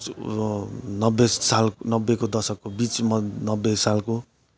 नब्बे साल नब्बेको दशकको बिचमा नब्बे सालको